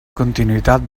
continuïtat